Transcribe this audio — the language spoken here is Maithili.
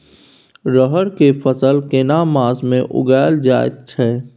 रहर के फसल केना मास में उगायल जायत छै?